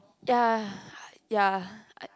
ya ya